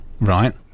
Right